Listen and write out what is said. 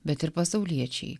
bet ir pasauliečiai